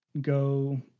go